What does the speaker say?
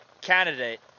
candidate